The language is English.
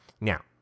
Now